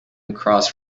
across